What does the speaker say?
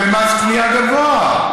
ולמס קנייה גבוה.